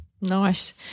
Nice